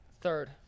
third